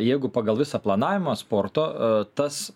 jeigu pagal visą planavimą sporto tas